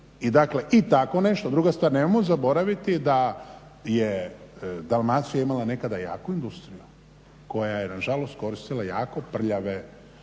i tako nešto. Druga stvar, nemojmo zaboraviti da je Dalmacija imala nekada jaku industriju koja je nažalost koristila jako prljave